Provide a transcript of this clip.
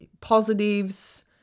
positives